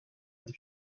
des